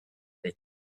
est